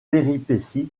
péripéties